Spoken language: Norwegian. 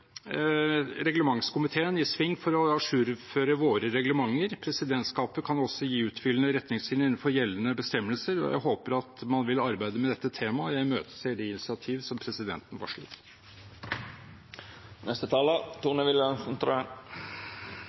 reglementskomiteen i sving for å ajourføre våre reglementer. Presidentskapet kan også gi utfyllende retningslinjer innenfor gjeldende bestemmelser, og jeg håper at man vil arbeide med dette temaet og imøteser de initiativ som presidenten